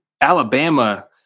Alabama